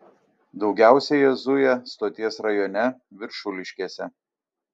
daugiausiai jie zuja stoties rajone viršuliškėse